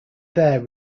there